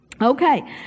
Okay